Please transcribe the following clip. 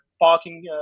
parking